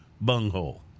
bunghole